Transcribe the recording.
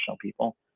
people